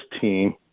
team